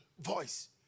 Voice